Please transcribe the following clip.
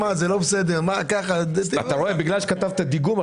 בגלל שכתבתם דיגום,